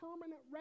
permanent